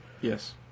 Yes